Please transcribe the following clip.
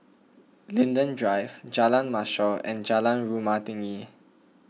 Linden Drive Jalan Mashhor and Jalan Rumah Tinggi